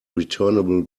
returnable